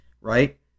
right